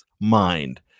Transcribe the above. mind